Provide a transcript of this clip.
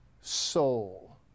soul